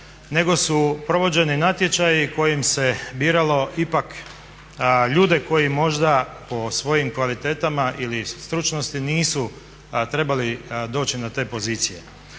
nego su provođeni natječaji kojim se biralo ipak ljude koji možda po svojim kvalitetama ili stručnosti nisu trebali doći na te pozicije.